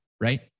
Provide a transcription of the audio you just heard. right